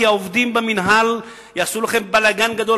כי העובדים במינהל יעשו לכם בלגן גדול.